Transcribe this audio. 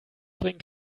bringen